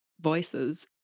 voices